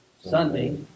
Sunday